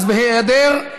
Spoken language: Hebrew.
אז בהיעדר,